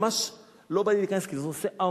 ממש לא בא לי להיכנס, כי זה נושא עמוק,